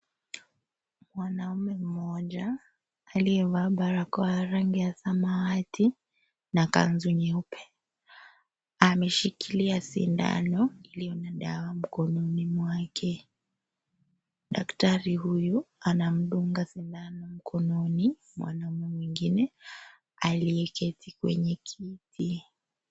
Mwanaume mmoja aliyevaa barakoa ya rangi ya samawati na kanzu nyeupe ameshikilia sindano iliyo na dawa mkononi mwake . Daktari huyu anamdunga sindano mkononi mwanaume mwingine aliyeketi kwenye kiti.